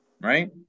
right